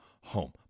home